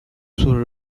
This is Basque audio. zure